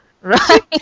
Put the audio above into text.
Right